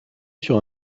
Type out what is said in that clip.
sur